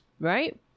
right